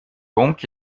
donc